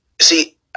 see